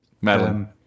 Madeline